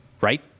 right